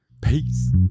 Peace